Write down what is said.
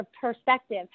perspective